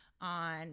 on